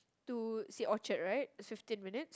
to say Orchard right is fifteen minutes